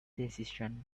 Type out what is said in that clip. decisions